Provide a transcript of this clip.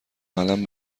قلم